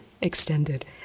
extended